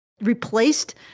replaced